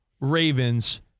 Ravens